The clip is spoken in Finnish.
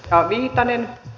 arvoisa puhemies